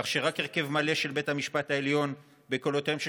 כך שרק הרכב מלא של בית המשפט העליון בקולותיהם של